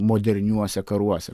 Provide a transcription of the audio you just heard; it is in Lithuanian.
moderniuose karuose